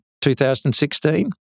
2016